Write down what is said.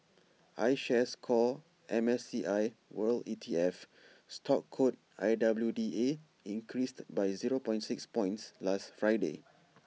I shares core M S C I world E T F stock code I W D A increased by zero point six points last Friday